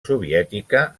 soviètica